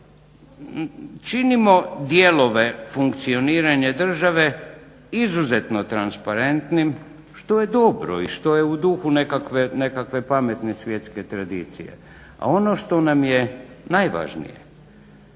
Činimo dijelove funkcioniranje države izuzetno transparentnim što je dobro i što je u duhu nekakve pametne svjetske tradicije, a ono što nam je najvažnije,